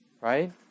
right